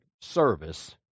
service